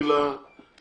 אני עוד פעם חוזר.